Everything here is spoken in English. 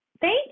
Thank